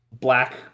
black